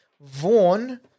Vaughn